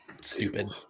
stupid